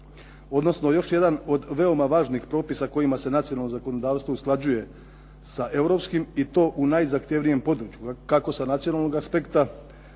odnosno još jedan od veoma važnih propisa kojima se nacionalno zakonodavstvo usklađuje sa europskim i to u najzahtjevnijem području kako sa nacionalnog aspekta